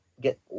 get